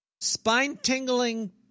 spine-tingling